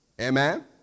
Amen